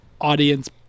audience